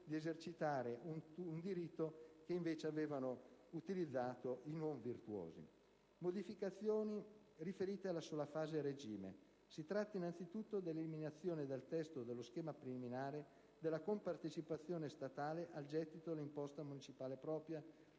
modificazioni riferite alla sola fase a regime, si tratta innanzitutto dell'eliminazione dal testo dello schema preliminare della compartecipazione statale al gettito d'imposta municipale propria